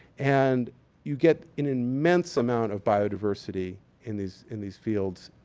and you get an immense amount of biodiversity in these in these fields.